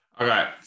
Okay